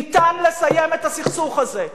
ניתן לסיים את הסכסוך הזה.